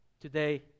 today